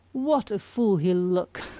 what a fool he'll look!